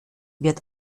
wird